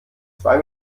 zwei